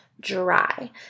dry